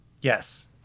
Yes